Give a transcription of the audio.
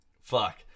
fuck